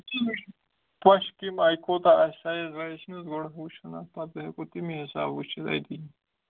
پَش کَمہِ آیہِ کوتاہ آسہِ سَایِز وایز چھُنہٕ حظ گۄڈٕ وُچھُن اَتھ پَتہٕ ہیٚکو تَمی حساب وُچھِتھ أتی